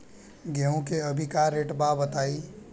गेहूं के अभी का रेट बा बताई?